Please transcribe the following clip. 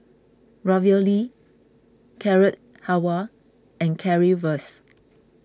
Ravioli Carrot Halwa and Currywurst